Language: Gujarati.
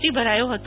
ટી ભરાયો હતો